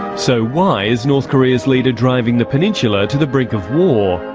so why is north korea's leader driving the peninsular to the brink of war?